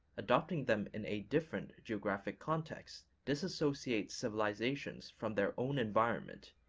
adopting them in a different geographic context disassociates civilizations from their own environment,